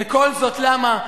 וכל זאת למה?